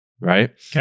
right